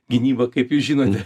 gynybą kaip jūs žinote